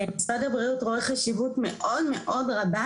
משרד הבריאות רואה חשיבות מאוד מאוד רבה